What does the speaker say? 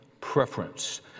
preference